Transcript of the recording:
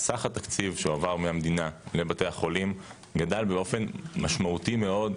סך התקציב שהעובר מהמדינה לבית החולים גדל באופן משמעותי מאוד,